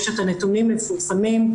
יש את הנתונים מפורסמים,